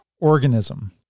organism